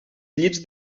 llits